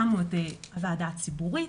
הקמנו את הוועדה הציבורית